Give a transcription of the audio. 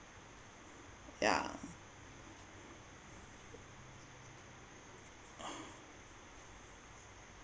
yeah